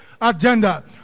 agenda